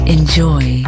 Enjoy